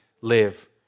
live